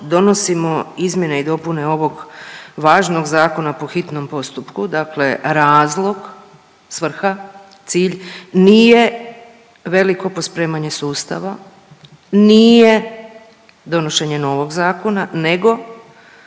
donosimo izmjene i dopune ovog važnog zakona po hitnom postupku, dakle razlog, svrha, cilj nije veliko pospremanje sustava, nije donošenje novog zakona, nego